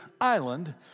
island